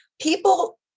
People